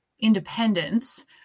independence